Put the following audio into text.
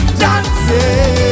dancing